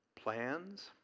Plans